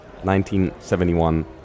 1971